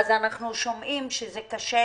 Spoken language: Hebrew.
ואז אנחנו שומעים שזה קשה,